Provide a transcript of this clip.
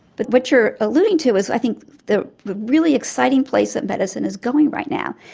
but what you're alluding to is i think the really exciting place that medicine is going right now,